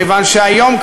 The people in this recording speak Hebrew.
כיוון שהיום,